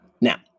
Now